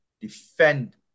defend